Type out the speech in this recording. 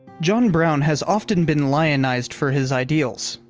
john brown has often been lionized for his ideals.